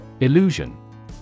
Illusion